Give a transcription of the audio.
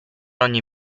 ogni